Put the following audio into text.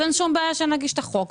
אז אין שום בעיה שנגיש את החוק,